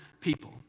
people